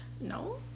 No